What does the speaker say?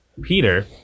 Peter